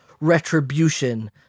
retribution